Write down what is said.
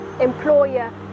employer